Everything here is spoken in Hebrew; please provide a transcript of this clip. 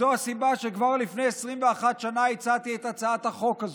זו הסיבה שכבר לפני 21 שנה הצעתי את הצעת החוק הזאת,